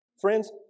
Friends